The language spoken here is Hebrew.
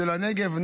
של הנגב.